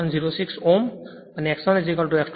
06 ohm અને x 1x 2 0